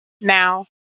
now